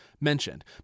mentioned